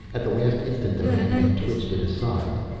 at the last instant the man had twitched it aside.